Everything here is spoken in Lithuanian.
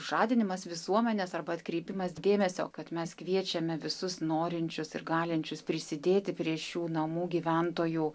žadinimas visuomenės arba atkreipimas dėmesio kad mes kviečiame visus norinčius ir galinčius prisidėti prie šių namų gyventojų